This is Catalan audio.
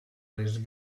les